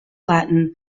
latin